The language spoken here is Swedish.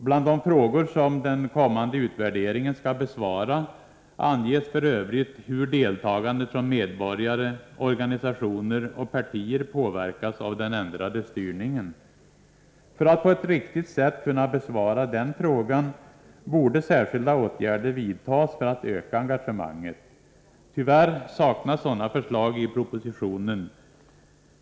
Bland de frågor som den kommande utvärderingen skall besvara anges f. ö. hur deltagandet från medborgare, organisationer och partier påverkas av den ändrade styrningen. För att på ett riktigt sätt kunna besvara den frågan borde särskilda åtgärder vidtas för att öka engagemanget. Tyvärr saknas sådana förslag i propositionen.